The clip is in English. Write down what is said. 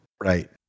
Right